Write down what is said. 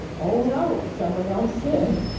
oh no, someone else said,